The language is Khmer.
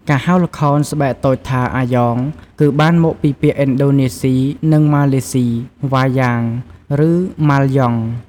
ការហៅល្ខោនស្បែកតូចថា “អាយ៉ង” គឺបានមកពីពាក្យឥណ្ឌូនេស៊ី និងម៉ាឡេ “វ៉ាយ៉ាង” (Wayang) ឬ “ម៉ាល់យ៉ង់” (Malyang) ។